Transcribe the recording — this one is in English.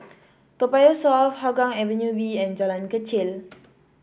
Toa Payoh South Hougang Avenue B and Jalan Kechil